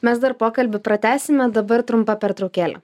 mes dar pokalbį pratęsime dabar trumpa pertraukėlė